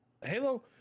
Halo